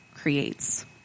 Creates